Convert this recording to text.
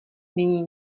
nyní